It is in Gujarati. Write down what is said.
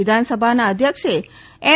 વિધાનસભાના અધ્યક્ષે એન